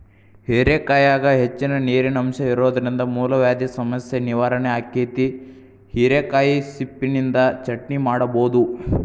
ಹೇರೆಕಾಯಾಗ ಹೆಚ್ಚಿನ ನೇರಿನಂಶ ಇರೋದ್ರಿಂದ ಮೂಲವ್ಯಾಧಿ ಸಮಸ್ಯೆ ನಿವಾರಣೆ ಆಕ್ಕೆತಿ, ಹಿರೇಕಾಯಿ ಸಿಪ್ಪಿನಿಂದ ಚಟ್ನಿ ಮಾಡಬೋದು